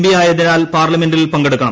P ആയതിനാൽ പാർലമെന്റിൽ പങ്കെടുക്കണം